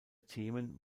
themen